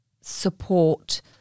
support